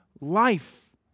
life